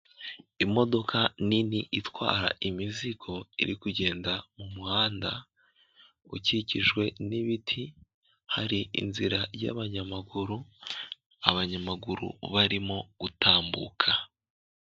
Imodoka nini itwara imizigo, iri kugenda mu muhanda ukikijwe n'ibiti, hari inzira y'abanyamaguru, abanyamaguru barimo gutambuka.